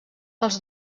els